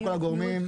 לכל הגורמים,